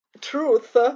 truth